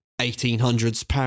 1800s